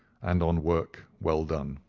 and on work well done.